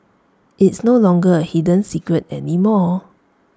it's no longer A hidden secret anymore